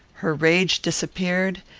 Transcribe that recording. her rage disappeared,